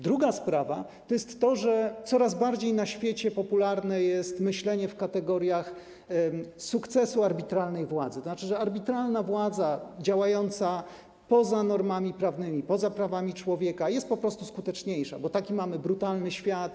Druga sprawa to jest to, że coraz bardziej na świecie popularne jest myślenie w kategoriach sukcesu arbitralnej władzy, tzn. że arbitralna władza działająca poza normami prawnymi, poza prawami człowieka jest po prostu skuteczniejsza, bo taki mamy brutalny świat.